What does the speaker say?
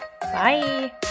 Bye